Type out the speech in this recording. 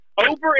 over